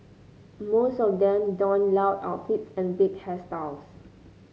most of them donned loud outfits and big hairstyles